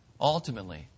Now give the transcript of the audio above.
Ultimately